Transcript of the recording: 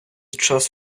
час